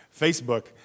Facebook